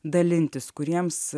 dalintis kuriems